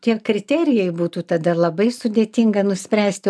tie kriterijai būtų tada labai sudėtinga nuspręsti